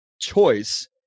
choice